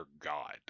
God